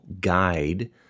guide